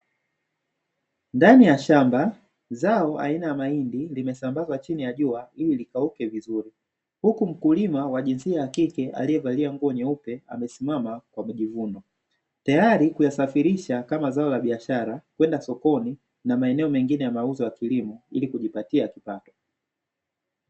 Ndani ya shamba zao aina ya mahindi limesambazwa chini ya jua hili likauke vizuri, huku mkulima wa jinsia ya kike aliyevalia nguo nyeupe amesimama kwa majivuno, tayari kwa kulisafirisha kama zao la biashara kwenda sokoni na maeneo mengine ya mauzo ya kilimo ili kujipatia kipato.